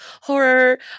horror